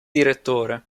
direttore